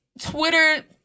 Twitter